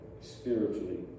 spiritually